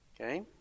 Okay